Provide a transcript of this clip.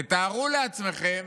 תתארו לעצמכם